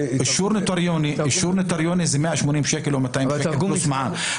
זה 180 שקלים או 200 שקלים פלוס מע"מ.